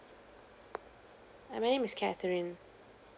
err my name is catherine